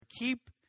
Keep